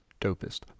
dopest